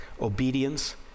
Obedience